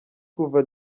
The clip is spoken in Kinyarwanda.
kuva